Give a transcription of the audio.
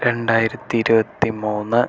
രണ്ടായിരത്തി ഇരുപത്തി മൂന്ന്